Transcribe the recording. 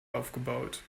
aufgebaut